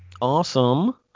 Awesome